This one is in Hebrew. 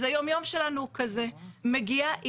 אז היום-יום שלנו הוא כזה: מגיעה אימא,